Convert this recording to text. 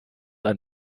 ein